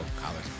college